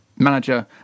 Manager